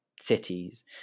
cities